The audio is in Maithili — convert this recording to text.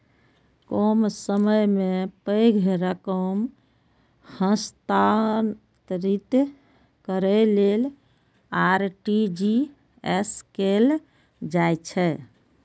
कम समय मे पैघ रकम हस्तांतरित करै लेल आर.टी.जी.एस कैल जाइ छै